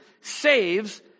saves